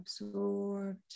absorbed